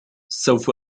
سوف